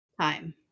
Time